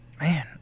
Man